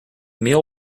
meal